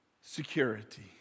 security